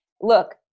look